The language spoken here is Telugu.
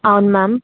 అవును మ్యామ్